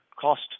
cost